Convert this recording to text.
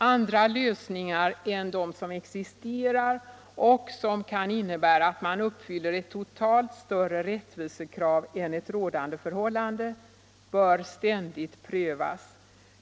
Andra lösningar än dem som existerar — och som kanske innebär att man uppfyller ett totalt större rättvisekrav än ett rådande förhållande — bör ständigt prövas.